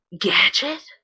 gadget